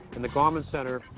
and the garment center,